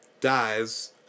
dies